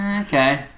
Okay